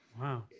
Wow